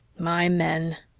my men!